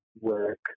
work